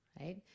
right